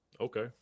Okay